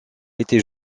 était